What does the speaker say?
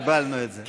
קיבלנו את זה.